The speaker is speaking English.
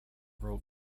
wrote